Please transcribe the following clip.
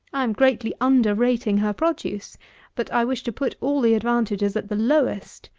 i am greatly under-rating her produce but i wish to put all the advantages at the lowest.